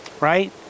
right